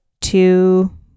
two